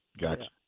Gotcha